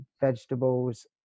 vegetables